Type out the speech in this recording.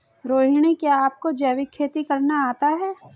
रोहिणी, क्या आपको जैविक खेती करना आता है?